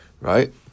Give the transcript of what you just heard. Right